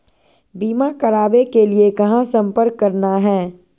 बीमा करावे के लिए कहा संपर्क करना है?